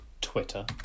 Twitter